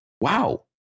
wow